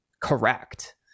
correct